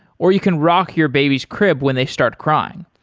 or you can rock your baby's crib when they start crying.